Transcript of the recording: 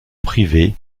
privés